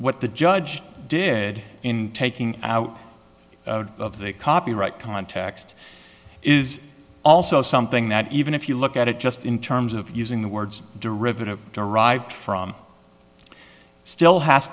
what the judge did in taking out of the copyright context is also something that even if you look at it just in terms of using the words derivative derived from still ha